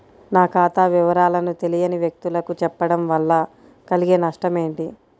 నా ఖాతా వివరాలను తెలియని వ్యక్తులకు చెప్పడం వల్ల కలిగే నష్టమేంటి?